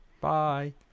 bye